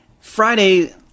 Friday